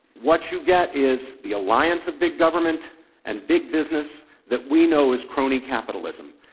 what you get is the alliance of big government and big business that we know as crony capitalism.